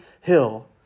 hill